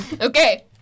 Okay